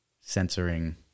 censoring